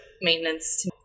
maintenance